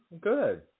good